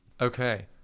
Okay